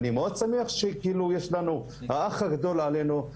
אני מאוד שמח שיש לנו את האח הגדול עלינו,